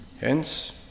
hence